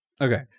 Okay